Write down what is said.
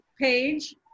page